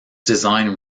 design